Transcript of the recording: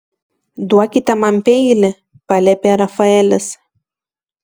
duokite man peilį paliepė rafaelis